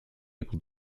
able